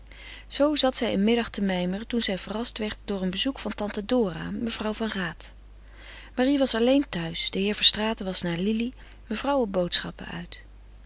zoo zat zij een middag te mijmeren toen zij verrast werd door een bezoek van tante dora mevrouw van raat marie was alleen thuis de heer verstraeten was naar lili mevrouw op boodschappen uit